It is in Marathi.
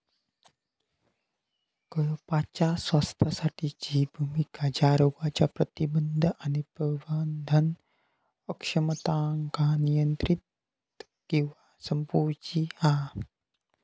कळपाच्या स्वास्थ्यासाठीची भुमिका त्या रोगांच्या प्रतिबंध आणि प्रबंधन अक्षमतांका नियंत्रित किंवा संपवूची हा